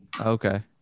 Okay